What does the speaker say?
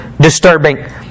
disturbing